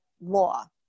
law